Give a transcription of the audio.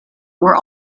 were